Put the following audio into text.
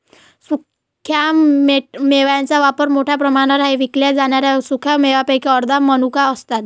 सुक्या मेव्यांचा वापर मोठ्या प्रमाणावर आहे विकल्या जाणाऱ्या सुका मेव्यांपैकी अर्ध्या मनुका असतात